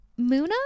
Muna